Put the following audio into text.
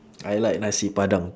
I like nasi padang